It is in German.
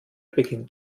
beginnt